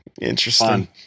Interesting